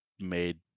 made